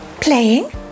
playing